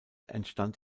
entstand